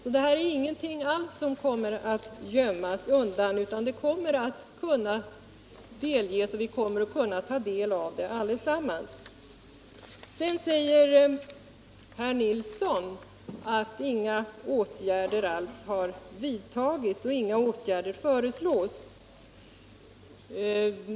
Detta är alls ingenting som kommer att gömmas undan, utan vi kommer att kunna ta del av det allesammans. Herr Nilsson i Kalmar säger att inga åtgärder alls har vidtagits och att inga åtgärder föreslås.